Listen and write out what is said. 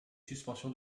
suspension